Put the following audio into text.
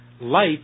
Light